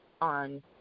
on